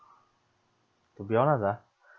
to be honest ah